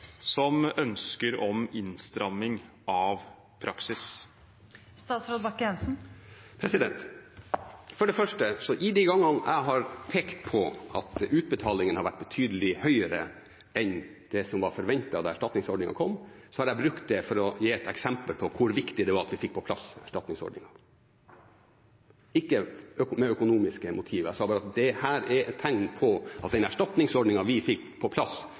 som ønsker om innstramming av praksis. For det første: De gangene jeg har pekt på at utbetalingene har vært betydelig høyere enn det som var forventet da erstatningsordningen kom, har jeg brukt det for å gi et eksempel på hvor viktig det var at vi fikk på plass erstatningsordningen – ikke med økonomiske motiver. Jeg sa bare at dette er et tegn på at den erstatningsordningen vi fikk på plass